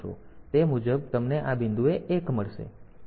તેથી તે મુજબ તમને આ બિંદુએ એક મળશે